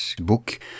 book